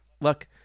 look